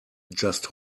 just